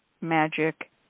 magic